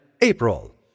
April